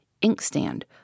inkstand